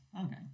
Okay